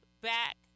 back